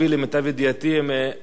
הם נמוכים ביותר,